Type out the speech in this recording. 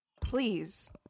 Please